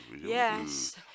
Yes